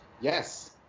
Yes